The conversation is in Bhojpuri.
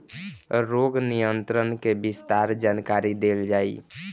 रोग नियंत्रण के विस्तार जानकरी देल जाई?